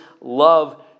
love